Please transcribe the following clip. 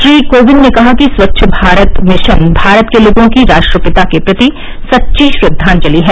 श्री कोविन्द ने कहा कि स्वच्छ भारत मिशन भारत के लोगों की राष्ट्रपिता के प्रति सच्ची श्रद्वांजलि है